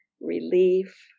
relief